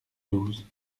douze